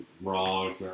wrong